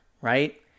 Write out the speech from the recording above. Right